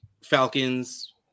Falcons